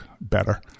better